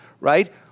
right